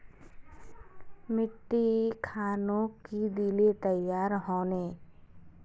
मिट्टी खानोक की दिले तैयार होने?